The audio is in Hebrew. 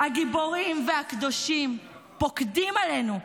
הגיבורים והקדושים פוקדים עלינו: